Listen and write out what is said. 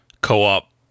co-op